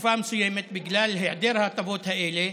תקופה מסוימת, בגלל היעדר ההטבות האלה,